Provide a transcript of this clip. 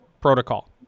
protocol